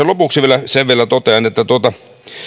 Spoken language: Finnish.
lopuksi sen vielä totean että